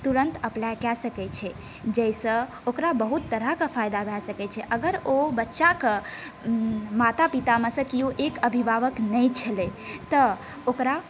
तुरन्त अप्लाइ कए सकै छै जाहिसँ ओकरा बहुत तरहके फायदा भए सकै छै अगर ओ बच्चाके माता पितामे सँ किओ एक अभिभावक नहि छलै तऽ ओकरा